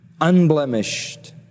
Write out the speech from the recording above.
unblemished